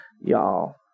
y'all